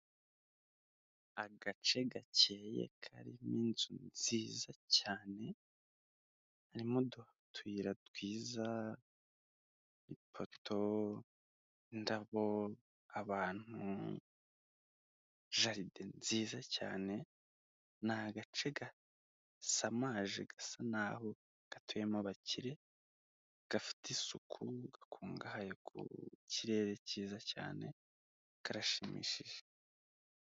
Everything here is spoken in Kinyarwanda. Agace gakeye karimo inzu nziza cyane, harimo utuyira twiza, ipoto, indabo, abantu, jaride nziza cyane, ni agace gasamaje gasa naho gatuyemo abakire, gafite isuku, gakungahaye ku kirere cyiza cyane, karashimishije.